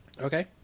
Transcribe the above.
Okay